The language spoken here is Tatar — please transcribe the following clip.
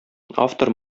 автор